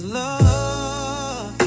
love